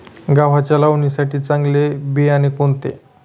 गव्हाच्या लावणीसाठी चांगले बियाणे कोणते?